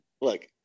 look